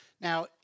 Now